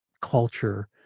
culture